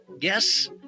Yes